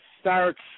starts